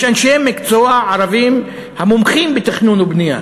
יש אנשי מקצוע ערבים המומחים בתכנון ובנייה.